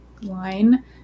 line